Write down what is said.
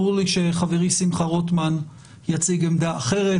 ברור לי שחברי שמחה רוטמן יציג עמדה אחרת,